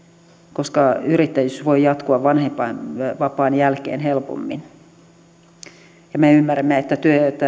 koska yrittäjyys voi jatkua vanhempainvapaan jälkeen helpommin ja me ymmärrämme että